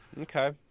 Okay